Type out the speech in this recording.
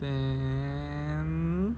then